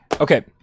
Okay